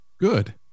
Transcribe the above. good